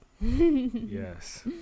Yes